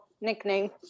nickname